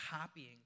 copying